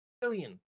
billion